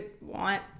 want